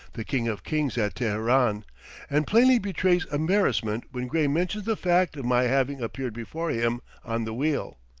the king of kings at teheran and plainly betrays embarrassment when gray mentions the fact of my having appeared before him on the wheel.